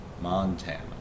Montana